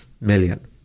million